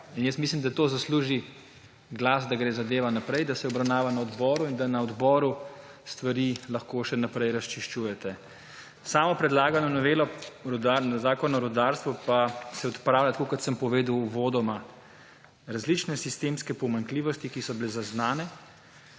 In mislim, da to zasluži glas, da gre zadeva naprej, da se obravnava na odboru in da na odboru stvari lahko še naprej razčiščujete. S predlagano novelo Zakona o rudarstvu pa se odpravlja, tako kot sem povedal uvodoma, različne sistemske pomanjkljivosti, ki so bile zaznane